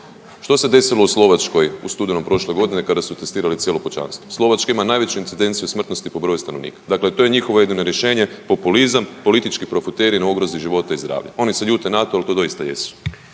Što se desilo u Slovačkoj u studenom prošle godine, kada su testirali cijelo pučanstvo? Slovačka ima najveću incidenciju smrtnosti po broju stanovnika. Dakle, to je njihovo jedino rješenje, populizam, politički profiteri na ugrozi života i zdravlja. Oni se ljute na to, al to doista jesu.